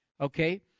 Okay